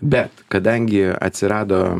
bet kadangi atsirado